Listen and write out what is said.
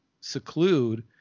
seclude